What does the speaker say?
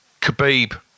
Khabib